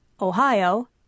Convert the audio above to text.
Ohio